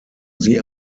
sie